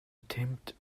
attempt